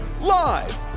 live